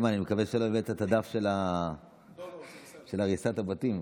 איימן, אני מקווה שלא הבאת את הדף של הריסת הבתים.